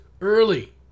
early